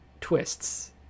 twists